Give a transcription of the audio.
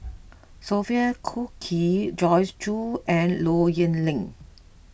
Sophia Cooke Joyce Jue and Low Yen Ling